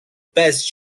best